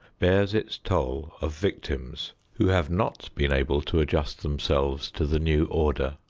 bears its toll of victims who have not been able to adjust themselves to the new order.